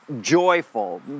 joyful